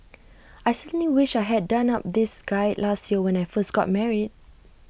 I certainly wish I had done up this guide last year when I first got married